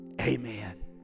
Amen